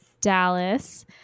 dallas